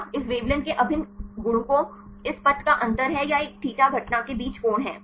nλ इस वेवलेंथ के अभिन्न गुणकों इस पथ का अंतर है या एक θ घटना के बीच कोण है